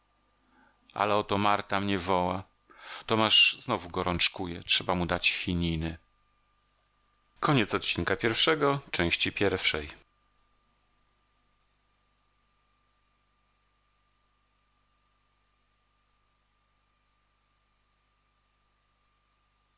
ale oto marta mnie woła tomasz znowu gorączkuje trzeba mu dać chininy